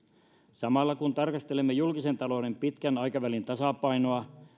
samalla kun tarkastelemme julkisen talouden pitkän aikavälin tasapainoa